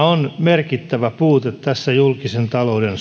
on merkittävä puute tässä julkisen talouden